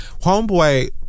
homeboy